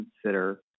consider